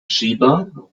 schieber